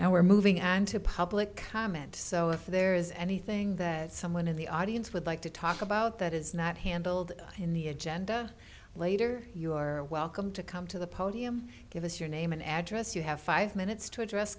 now we're moving on to public comment so if there is anything that someone in the audience would like to talk about that is not handled in the agenda later you are welcome to come to the podium give us your name and address you have five minutes to address